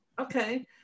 okay